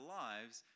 lives